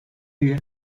üye